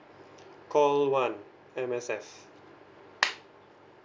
call one M_S_F